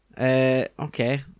Okay